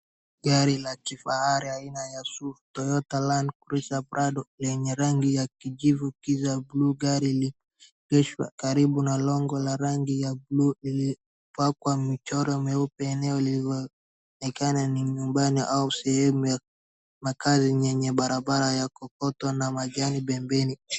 Gari la kifahari aina ya Toyota land cruiser Prado lenye rangi ya kijivu kisha bulu. Gari limeegeshwa karibu na lango la rangi ya bulu lililopakwa michoro mweupe eneo linaloonekana ni nyumbani au sehemu ya makazi yenye barabara ya kokoto na majani pembeni.